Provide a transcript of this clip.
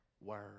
word